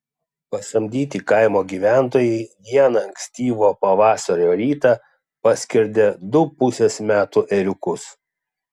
pasamdyti kaimo gyventojai vieną ankstyvo pavasario rytą paskerdė du pusės metų ėriukus